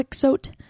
Quixote